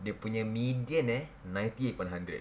dia punya median eh ninety upon hundred